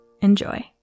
Enjoy